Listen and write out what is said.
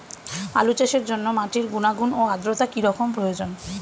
আলু চাষের জন্য মাটির গুণাগুণ ও আদ্রতা কী রকম প্রয়োজন?